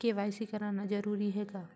KYC कराना जरूरी है का?